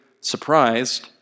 surprised